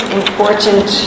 important